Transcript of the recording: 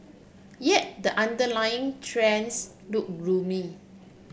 yet the underlying trends look gloomy